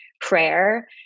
prayer